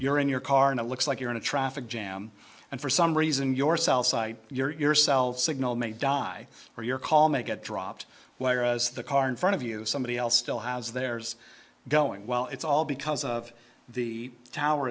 you're in your car and it looks like you're in a traffic jam and for some reason yourself cite yourself signal may die or your call may get dropped whereas the car in front of you somebody else still has there's going well it's all because of the tower